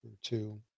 two